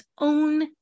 own